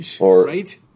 Right